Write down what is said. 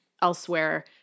elsewhere